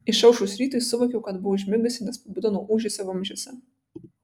išaušus rytui suvokiau kad buvau užmigusi nes pabudau nuo ūžesio vamzdžiuose